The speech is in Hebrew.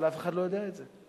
אבל אף אחד לא יודע את זה,